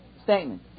statement